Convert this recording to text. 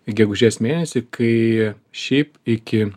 gegužės mėnesį kai šiaip iki